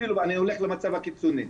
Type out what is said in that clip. אפילו אני הולך למצב הקיצוני.